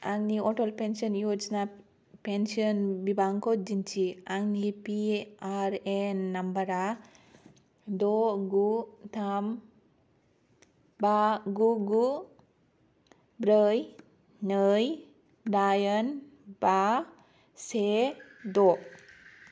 आंनि Atal pension Yojana pension बिबांखौ दिन्थि आंनि पि आर ए एन नाम्बारआ द' गु थाम बा गु गु ब्रै नै दाइन बा से द'